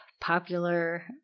popular